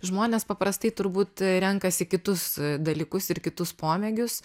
žmonės paprastai turbūt renkasi kitus dalykus ir kitus pomėgius